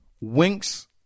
winks